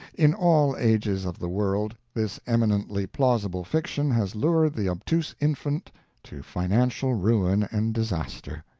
in all ages of the world this eminently plausible fiction has lured the obtuse infant to financial ruin and disaster.